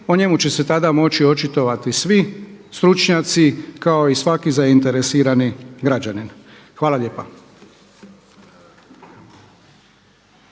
O njemu će se tada moći očitovati svi stručnjaci kao i svaki zainteresirani građanin. Hvala lijepa.